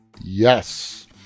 Yes